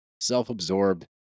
self-absorbed